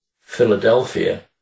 Philadelphia